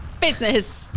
Business